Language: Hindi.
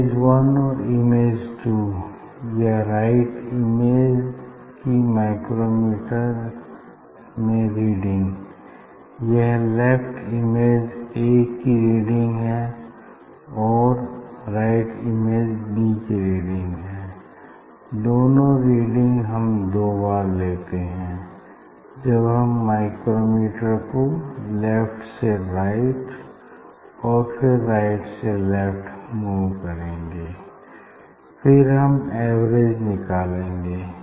इमेज वन और इमेज टू या राइट इमेज की माइक्रोमीटर में रीडिंग यह लेफ्ट इमेज ए की रीडिंग है और राइट इमेज बी की रीडिंग है दोनों रीडिंग हम दो बार लेते हैं जब हम माइक्रोमीटर को लेफ्ट से राइट और फिर राइट से लेफ्ट मूव करेंगे फिर हम एवरेज निकालेंगे